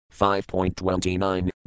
5.29